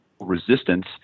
resistance